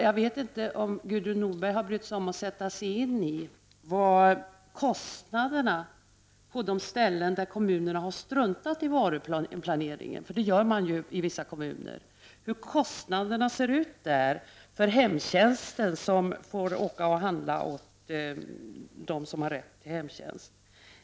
Jag vet inte om Gudrun Norberg har brytt sig om att sätta sig in i hur kostnaderna på de ställen där kommunerna struntat i varuplanering — det gör man i vissa kommuner — ser ut för hemtjänsten, som får åka och handla åt dem som har rätt till hemtjänst.